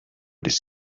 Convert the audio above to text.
this